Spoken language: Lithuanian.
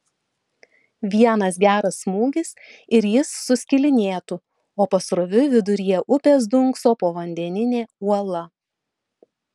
vienas geras smūgis ir jis suskilinėtų o pasroviui viduryje upės dunkso povandeninė uola